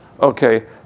okay